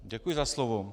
Děkuji za slovo.